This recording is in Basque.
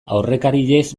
aurrekariez